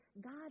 God